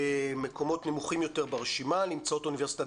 במקומות נמוכים יותר ברשימה נמצאות אוניברסיטת